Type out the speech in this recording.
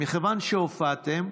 מכיוון שהופעתם,